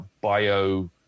bio